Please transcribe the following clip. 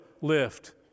lift